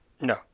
No